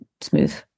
smooth